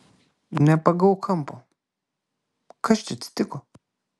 nepagavau kampo kas čia atsitiko